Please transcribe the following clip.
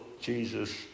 Jesus